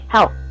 Help